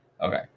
Okay